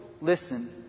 Listen